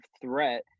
threat